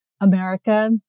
America